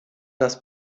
das